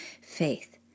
faith